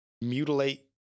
mutilate